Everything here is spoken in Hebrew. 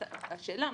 השאלה,